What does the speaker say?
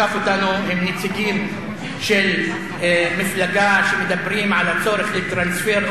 אדוני היושב-ראש, שלא תבואו בהאשמות שווא כלפינו.